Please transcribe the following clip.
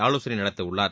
ஆலோசனை நடத்தவுள்ளார்